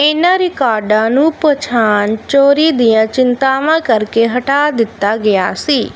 ਇਹਨਾਂ ਰਿਕਾਰਡਾਂ ਨੂੰ ਪਛਾਣ ਚੋਰੀ ਦੀਆਂ ਚਿੰਤਾਵਾਂ ਕਰਕੇ ਹਟਾ ਦਿੱਤਾ ਗਿਆ ਸੀ